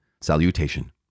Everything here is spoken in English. Salutation